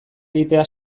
egitea